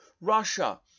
Russia